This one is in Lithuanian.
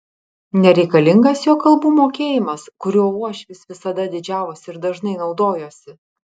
nereikalingas jo kalbų mokėjimas kuriuo uošvis visada didžiavosi ir dažnai naudojosi